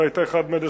אתה היית אחד מאלה,